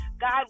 God